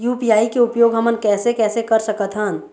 UPI के उपयोग हमन कैसे कैसे कर सकत हन?